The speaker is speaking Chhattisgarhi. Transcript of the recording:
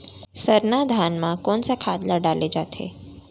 सरना धान म कोन सा खाद ला डाले जाथे?